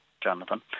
Jonathan